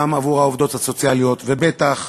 גם עבור העובדות הסוציאליות, ובטח